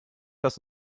was